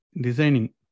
designing